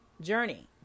journey